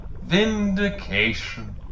Vindication